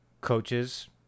coaches